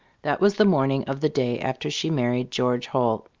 that was the morning of the day after she married george holt.